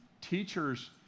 Teachers